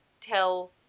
tell